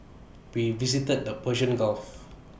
we visited the Persian gulf